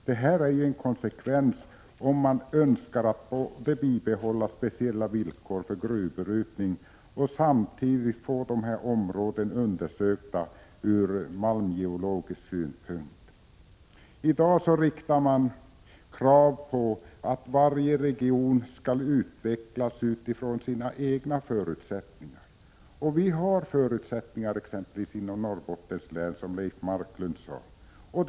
Det blir ju en konsekvens om man önskar bibehålla speciella villkor för gruvbrytning och samtidigt få dessa områden undersökta ur malmgeologisk synpunkt. I dag riktar man krav på att varje region skall utvecklas utifrån sina egna förutsättningar. Vi har förutsättningar inom Norrbottens län, som Leif Marklund sade.